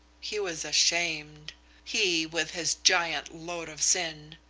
he was ashamed he with his giant load of sin!